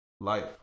life